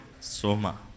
Soma